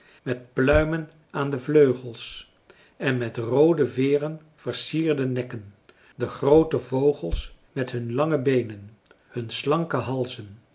met pluimen aan de vleugels en met roode veeren versierde nekken de groote vogels met hun lange beenen hun slanke halzen